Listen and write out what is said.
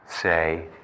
say